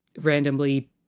randomly